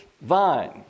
vine